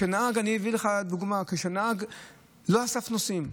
אביא לך דוגמה: כשנהג לא אסף נוסעים,